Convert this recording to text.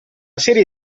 serie